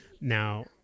Now